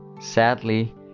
sadly